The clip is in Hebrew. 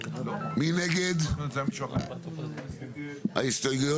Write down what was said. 4 נגד, 8 נמנעים, 0 ההסתייגויות